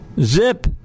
Zip